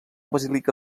basílica